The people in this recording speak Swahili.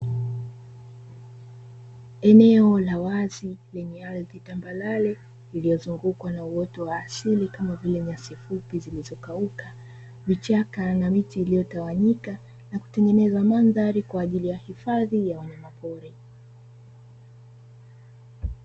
Eneo la wazi lenye ardhi tambarare iliyozungukwa na uoto wa asili kama vile nyasi fupi zilizokauka, vichaka na miti iliyotawanyika na kutengeneza mandhari kwa ajili ya hifadhi ya wanyama pori.